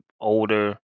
older